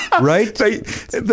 Right